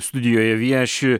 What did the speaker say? studijoje vieši